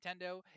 Nintendo